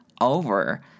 over